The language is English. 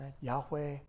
Yahweh